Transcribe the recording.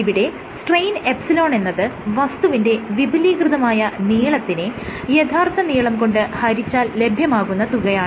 ഇവിടെ സ്ട്രെയിൻ ε എന്നത് വസ്തുവിന്റെ വിപുലീകൃതമായ നീളത്തിനെ യഥാർത്ഥ നീളം കൊണ്ട് ഹരിച്ചാൽ ലഭ്യമാകുന്ന തുകയാണ്